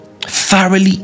Thoroughly